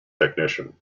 technician